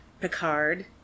Picard